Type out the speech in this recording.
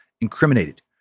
incriminated